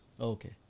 okay